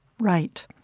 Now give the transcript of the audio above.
right.